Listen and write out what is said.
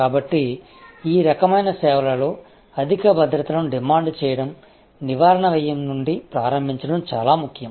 కాబట్టి ఈ రకమైన సేవలలో అధిక భద్రతను డిమాండ్ చేయడం నివారణ వ్యయం నుండి ప్రారంభించడం చాలా ముఖ్యం